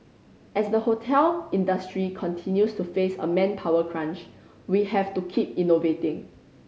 as the hotel industry continues to face a manpower crunch we have to keep innovating